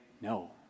No